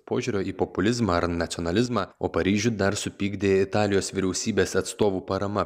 požiūrio į populizmą ar nacionalizmą o paryžių dar supykdė italijos vyriausybės atstovų parama